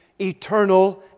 eternal